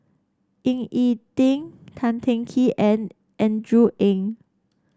Ying E Ding Tan Teng Kee and Andrew Ang